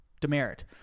demerit